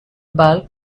bulk